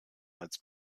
als